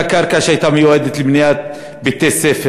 אותה קרקע שהייתה מיועדת לבניית בתי-ספר,